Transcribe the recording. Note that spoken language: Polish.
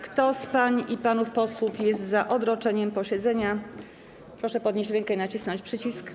Kto z pań i panów posłów jest za odroczeniem posiedzenia, proszę podnieść rękę i nacisnąć przycisk.